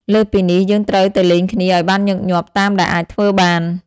ផែនការអនាគតទាំងនេះជួយឱ្យភាគីទាំងពីរមានអារម្មណ៍ថា កំពុងបន្តដំណើរជាមួយគ្នា ទោះបីជាបច្ចុប្បន្ននៅឆ្ងាយគ្នាក៏ដោយ។